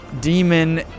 demon